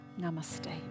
namaste